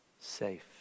safe